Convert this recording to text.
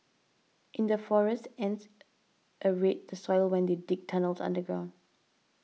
in the forests ants aerate the soil when they dig tunnels underground